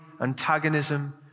antagonism